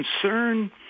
concern